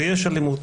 ויש אלימות.